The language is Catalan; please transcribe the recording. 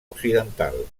occidental